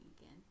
again